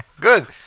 Good